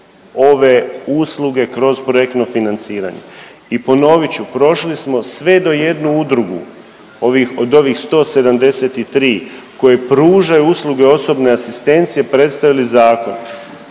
ove usluge kroz projektno financiranje. I ponovit ću, prošli smo sve do jednu udrugu ovih, od ovih 173 koje pružaju usluge osobne asistencije, predstavili zakon.